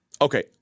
Okay